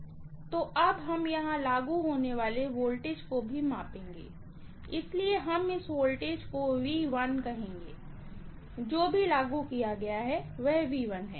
तो अब हम यहां लागू होने वाले वोल्टेज को भी मापेंगे इसलिए हम इस वोल्टेज को V1 कहेंगे जो भी लागू किया गया है वह है